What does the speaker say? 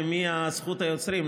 למי זכות היוצרים,